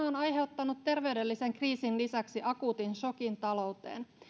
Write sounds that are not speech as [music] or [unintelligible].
[unintelligible] on aiheuttanut terveydellisen kriisin lisäksi akuutin sokin talouteen